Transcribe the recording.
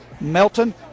Melton